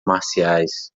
marciais